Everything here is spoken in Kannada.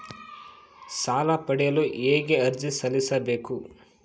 ಸಾಲ ಪಡೆಯಲು ಹೇಗೆ ಅರ್ಜಿ ಸಲ್ಲಿಸಬೇಕು?